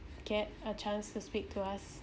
get a chance to speak to us